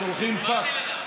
שולחים פקס.